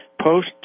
post